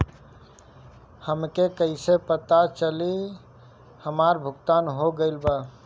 हमके कईसे पता चली हमार भुगतान हो गईल बा?